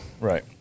Right